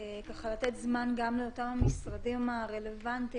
ככה לתת זמן גם לאותם המשרדים הרלוונטיים